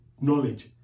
knowledge